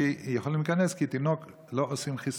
כי לתינוק בן שנתיים לא עושים חיסונים.